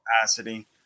capacity